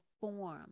form